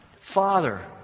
Father